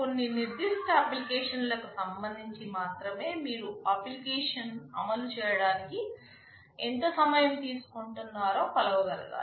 కొన్ని నిర్దిష్ట అప్లికేషన్ కి సంబంధించి మాత్రమే మీరు అప్లికేషన్ అమలు చేయడానికి ఎంత సమయం తీసుకుంటున్నారో కొలవగలగాలి